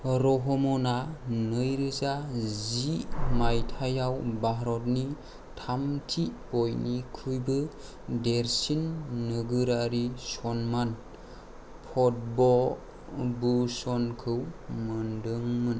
रहमाना नैरोजा जि माइथायाव भारतनि थामथि बयनिख्रुयबो देरसिन नोगोरारि सनमान पदमा भूषणखौ मोनदोंमोन